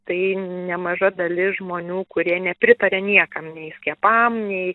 tai nemaža dalis žmonių kurie nepritaria niekam nei skiepam nei